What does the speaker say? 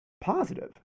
positive